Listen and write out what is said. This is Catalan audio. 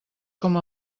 com